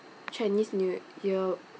chinese new year